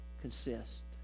Consist